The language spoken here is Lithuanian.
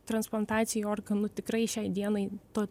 transplantacijai organų tikrai šiai dienai to